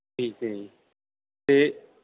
ਠੀਕ ਹੈ ਜੀ ਅਤੇ